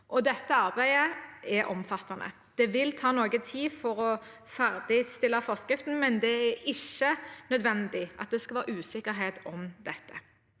Dette arbeidet er omfattende. Det vil ta noe tid å ferdigstille forskriften, men det er ikke nødvendig at det skal være usikkerhet om dette.